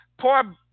Poor